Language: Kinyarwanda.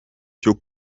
cyo